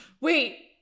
Wait